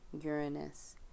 Uranus